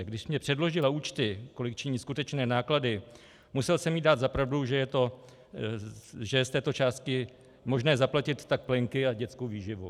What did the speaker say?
Když mi předložila účty, kolik činí skutečné náklady, musel jsem jí dát za pravdu, že je z této částky možné zaplatit tak plenky a dětskou výživu.